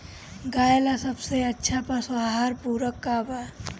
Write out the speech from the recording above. गाय ला सबसे अच्छा पशु आहार पूरक का बा?